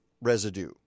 residue